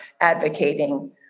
advocating